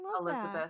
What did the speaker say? Elizabeth